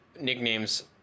nicknames